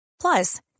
Plus